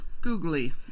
Googly